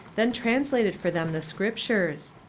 then translated for them the scriptures.